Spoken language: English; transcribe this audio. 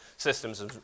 systems